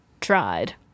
tried